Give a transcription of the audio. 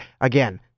again